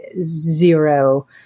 zero